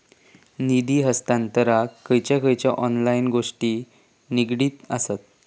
निधी हस्तांतरणाक खयचे खयचे ऑनलाइन गोष्टी निगडीत आसत?